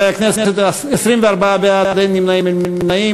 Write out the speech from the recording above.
חברי הכנסת, 24 בעד, אין מתנגדים, אין נמנעים.